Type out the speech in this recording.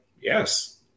Yes